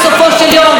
בסופו של יום,